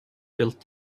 built